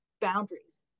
boundaries